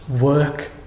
work